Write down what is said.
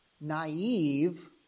naive